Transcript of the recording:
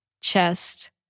chest